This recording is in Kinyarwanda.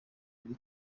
muri